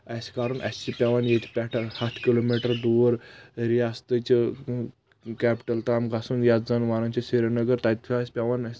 آسہِ کرُن اسہِ چھُ پیٚوان یتہِ پٮ۪ٹھ ہتھ کِلو میٹر دور ریاستچہِ کیپٹل تام گژھن یتھ زن ونن چھِ سرینگر تتہِ چھُ اسہِ پٮ۪وان